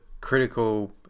critical